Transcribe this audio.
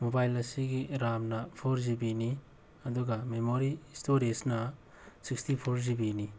mobile ꯑꯁꯤꯒꯤ ꯔꯥꯝꯅ four G ꯕꯤꯅꯤ ꯑꯗꯨꯒ ꯃꯦꯃꯣꯔꯤ ꯏꯁꯇꯣꯔꯦꯖꯅ ꯁꯤꯛꯁꯇꯤ ꯐꯣꯔ ꯖꯤ ꯕꯤꯅꯤ